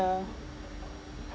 yeah